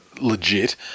Legit